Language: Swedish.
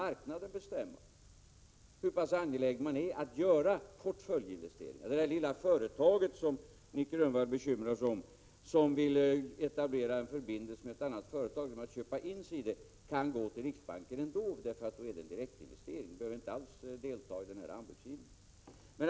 Jag skall återkomma till anledningen till att vi har valt denna väg. Det lilla företag som Nic Grönvall bekymrar sig om och som vill etablera en förbindelse med ett annat företag genom att köpa in sig i det kan vända sig till riksbanken ändå, eftersom det är fråga om en direktinvestering. Det behöver inte alls delta i någon anbudsgivning.